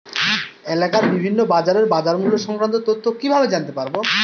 এলাকার বিভিন্ন বাজারের বাজারমূল্য সংক্রান্ত তথ্য কিভাবে জানতে পারব?